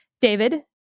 David